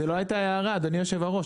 זו לא הייתה ההערה, אדוני יושב הראש.